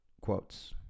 quotes